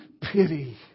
pity